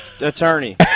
Attorney